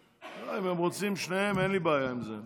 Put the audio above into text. אם הם רוצים שניהם, אין לי בעיה עם זה.